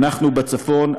אנחנו בצפון,